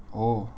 oh